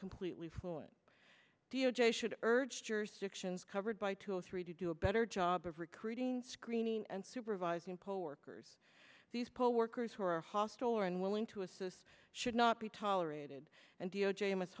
completely fluent d o j should urge jurisdictions covered by two or three to do a better job of recruiting screening and supervising poll workers these poll workers who are hostile or unwilling to assist should not be tolerated and d o j